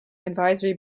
advisory